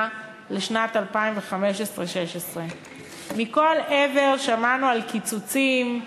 לשנים 2015 2016. מכל עבר שמענו על קיצוצים,